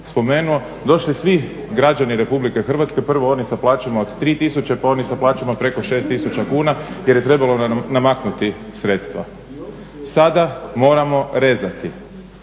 spomenuo došli svi građani Republike Hrvatske, prvo oni sa plaćama od 3000 pa oni sa plaćama preko 6000 kuna jer je trebalo namaknuti sredstva. Sada moramo rezati